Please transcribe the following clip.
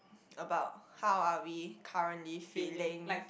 about how are we currently feeling